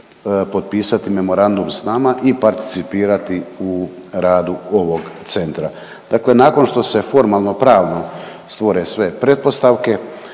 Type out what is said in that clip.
potpisati memorandum s nama i participirati u radu ovog centra. Dakle nakon što se formalno pravno stvore sve pretpostavke